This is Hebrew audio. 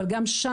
אבל גם שם,